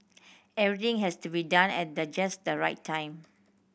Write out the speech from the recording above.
everything has to be done at the just the right time